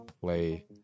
play